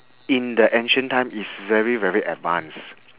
in the ancient time is very very advanced